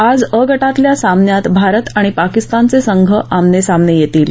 आज अ गटातल्या सामन्यात भारत आणि पाकिस्तानचे संघ आमनेसामने येतील